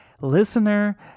listener